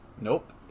Nope